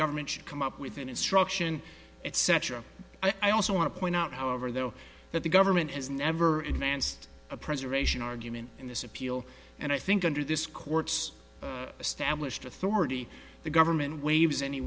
government should come up with an instruction etc i also want to point out however though that the government has never advanced a preservation argument in this appeal and i think under this court's established authority the government waives any